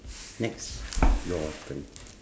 next your turn